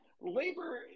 Labor